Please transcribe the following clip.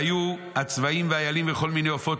והיו הצביים והאיילים וכל מיני עופות